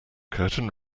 curtain